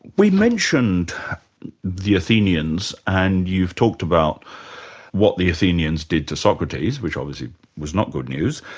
we mentioned the athenians and you've talked about what the athenians did to socrates which obviously was not good news.